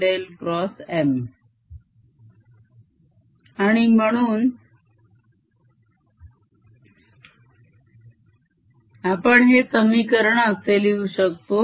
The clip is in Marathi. B0jfree0M आणि म्हणून आपण हे समीकरण असे लिहू शकतो